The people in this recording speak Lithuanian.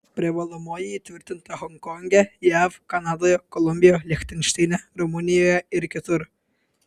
privalomoji įtvirtinta honkonge jav kanadoje kolumbijoje lichtenšteine rumunijoje ir kitur